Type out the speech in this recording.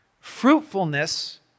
Fruitfulness